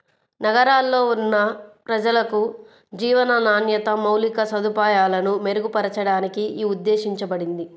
నగరాల్లో ఉన్న ప్రజలకు జీవన నాణ్యత, మౌలిక సదుపాయాలను మెరుగుపరచడానికి యీ ఉద్దేశించబడింది